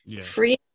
Free